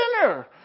dinner